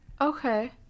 Okay